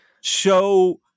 So-